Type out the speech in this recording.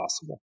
possible